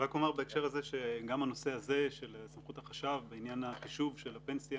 רק אומר בהקשר הזה שגם הנושא הזה של סמכות החשב בעניין החישוב של הפנסיה